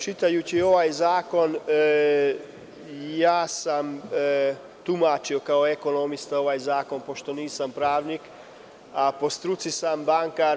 Čitajući ovaj zakon, ja sam tumačio kao ekonomista ovaj zakon, pošto nisam pravnik, a po struci sam bankar.